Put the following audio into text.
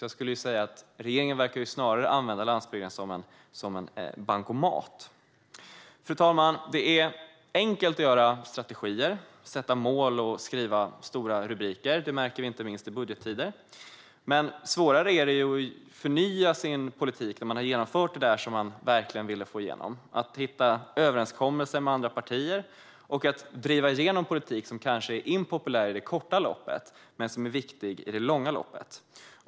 Jag skulle säga att regeringen snarare verkar använda landsbygden som en bankomat. Fru talman! Det är enkelt att göra strategier, sätta mål och skriva stora rubriker. Detta märker vi inte minst i budgettider. Svårare är det att förnya sin politik när man har genomfört det som man verkligen ville få igenom, att hitta överenskommelser med andra partier och att driva igenom politik som kanske är impopulär i det korta loppet men som är viktig i det långa loppet.